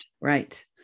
Right